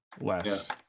less